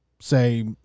say